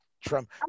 trump